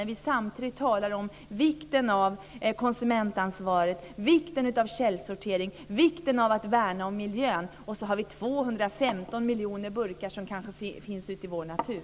Samtidigt som vi talar om vikten av konsumentansvar, vikten av källsortering och vikten av att värna om miljön har vi kanske 215 miljoner burkar ute i vår natur.